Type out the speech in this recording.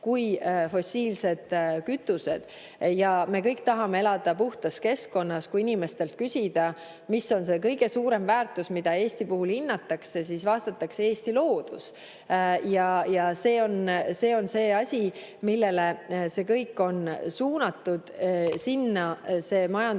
kui fossiilsed kütused. Me kõik tahame elada puhtas keskkonnas. Kui inimestelt küsida, mis on kõige suurem väärtus, mida Eesti puhul hinnatakse, siis vastatakse, et Eesti loodus. See on see, millele see kõik on suunatud. Sinna see majandus